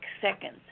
seconds